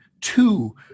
two